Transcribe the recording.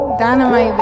dynamite